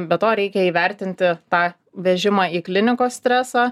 be to reikia įvertinti tą vežimą į klinikos stresą